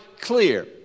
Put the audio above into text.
clear